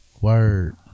Word